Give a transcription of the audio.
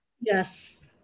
Yes